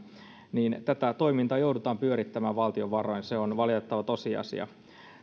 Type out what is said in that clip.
tätä toimintaa joudutaan pyörittämään valtion varoin se on valitettava tosiasia